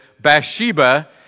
Bathsheba